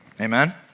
Amen